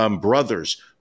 brothers